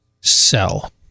sell